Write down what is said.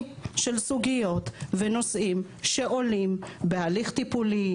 של סוגיות ונושאים שעולים בהליך טיפולי,